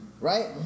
right